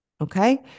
okay